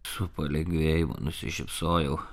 su palengvėjimu nusišypsojau